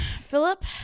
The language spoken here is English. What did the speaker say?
Philip